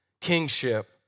kingship